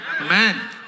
Amen